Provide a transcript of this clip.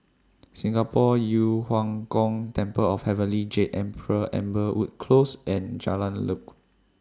Singapore Yu Huang Gong Temple of Heavenly Jade Emperor Amberwood Close and Jalan Lekub